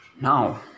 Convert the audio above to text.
Now